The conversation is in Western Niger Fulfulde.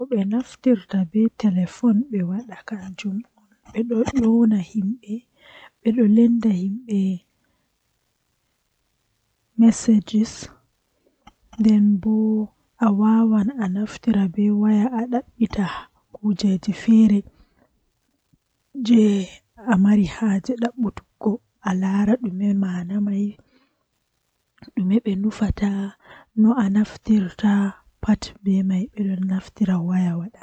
Eh wawan dasa hundeeji woodaaka haa rayuwa himbe ngam kala ko a andi haa duniyaaru fuu dum don mari laabiji maajum boddum nden don mari laabiiji woodaaka toh bannin do manma don mari boddum don mari woodaaka.